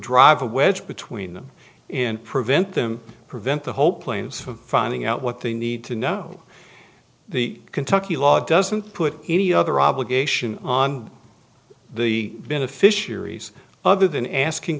drive a wedge between them and prevent them prevent the hope planes from finding out what they need to know the kentucky law doesn't put any other obligation on the beneficiaries other than asking